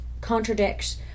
contradicts